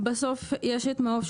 בסוף יש את מעוף,